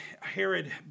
Herod